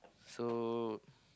so